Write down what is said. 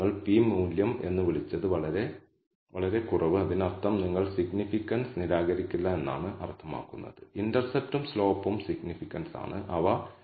05 എന്നിവയിൽ കൂടുതലുള്ള എന്തെങ്കിലും നിങ്ങൾക്ക് വളരെ ഉയർന്ന മൂല്യം ലഭിക്കുകയാണെങ്കിൽ അതിനർത്ഥം നിങ്ങൾ നിരസിക്കുക എന്നാണ് അർത്ഥമാക്കുന്നത് മറുവശത്ത് നിങ്ങൾക്ക് വളരെ കുറഞ്ഞ മൂല്യം ലഭിക്കുകയാണെങ്കിൽ അത് നിരസിക്കരുത്